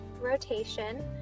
rotation